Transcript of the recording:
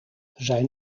zijn